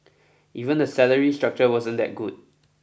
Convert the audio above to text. even the salary structure wasn't that good